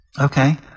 Okay